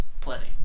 Plenty